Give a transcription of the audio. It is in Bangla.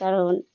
কারণ